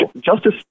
Justice